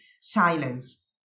silence